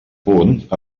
punt